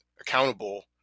accountable